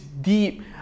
deep